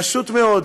פשוט מאוד.